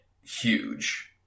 huge